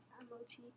M-O-T